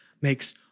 makes